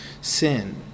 sin